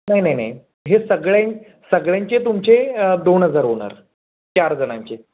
नाही नाही नाही हे सगळ्यां सगळ्यांचे तुमचे दोन हजार होणार चार जणांचे